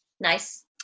Nice